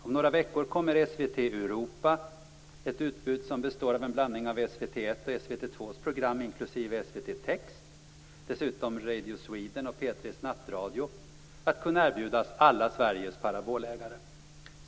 Om några veckor kommer SVT Europa, med ett utbud som består av en blandning av SVT 1:s och SVT 2:s program inklusive SVT Text och dessutom Radio Sweden och P 3:s nattradio, att kunna erbjudas alla Sveriges parabolägare.